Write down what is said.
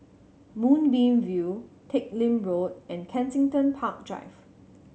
Moonbeam View Teck Lim Road and Kensington Park Drive